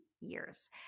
years